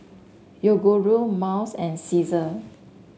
Yoguru Miles and Cesar